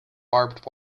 barbed